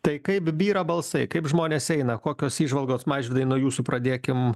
tai kaip byra balsai kaip žmonės eina kokios įžvalgos mažvydai nuo jūsų pradėkim